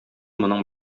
моның